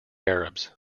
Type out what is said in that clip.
arabs